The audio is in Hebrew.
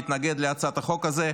להתנגד להצעת החוק הזאת.